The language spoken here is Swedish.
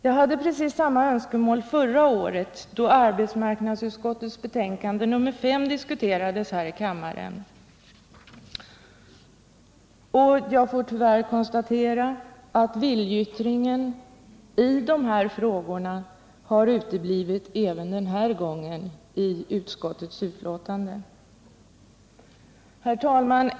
Jag hade precis samma önskemål förra året då arbetsmarknadsutskottets betänkande nr 5 debatterades här i kammaren. Jag får tyvärr konstatera att viljeyttringen i de här frågorna har utblivit även denna gång i utskottets Herr talman!